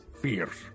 Fierce